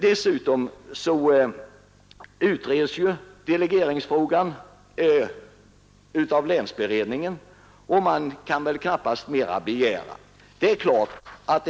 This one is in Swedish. Dessutom utreds ju delegeringsfrågan av länsberedningen, och man kan väl knappast begära mera i detta sammanhang.